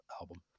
album